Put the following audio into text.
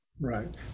Right